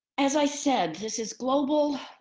as i said, this is global.